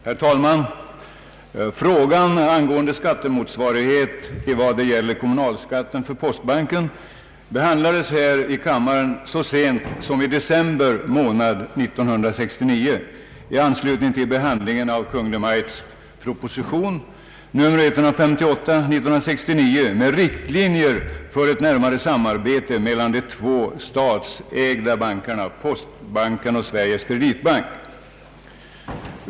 Herr talman! Frågan angående skattemotsvarighet vad gäller kommunalskatten för postbanken diskuterades här i kammaren så sent som i december 1969 i anslutning till behandlingen av Kungl. Maj:ts proposition nr 158 med riktlinjer för ett närmare samarbete mellan de två statsägda bankerna — postbanken och Sveriges kreditbank.